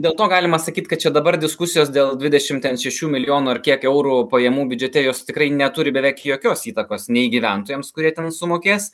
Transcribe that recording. dėl to galima sakyt kad čia dabar diskusijos dėl dvidešim ten šešių milijonų ar kiek eurų pajamų biudžete jos tikrai neturi beveik jokios įtakos nei gyventojams kurie ten sumokės